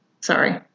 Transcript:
Sorry